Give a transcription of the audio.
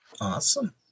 awesome